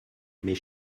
mes